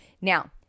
Now